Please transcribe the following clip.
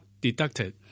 deducted